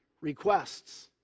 requests